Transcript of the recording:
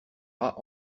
rat